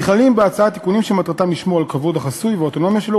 נכללים בהצעה תיקונים שמטרתם לשמור על כבוד החסוי והאוטונומיה שלו,